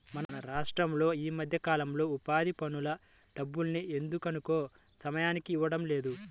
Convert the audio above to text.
మన రాష్టంలో ఈ మధ్యకాలంలో ఉపాధి పనుల డబ్బుల్ని ఎందుకనో సమయానికి ఇవ్వడం లేదు